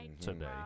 today